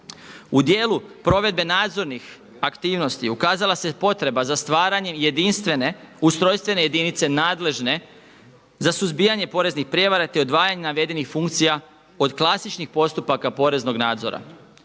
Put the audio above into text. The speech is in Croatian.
U dijelu provedbe nadzornih aktivnosti ukazala se potreba za stvaranjem jedinstvene ustrojstvene jedinice nadležne za suzbijanje poreznih prijevara, te odvajanje navedenih funkcija od klasičnih postupaka poreznog nadzora.